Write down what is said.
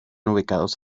ubicados